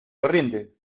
corriente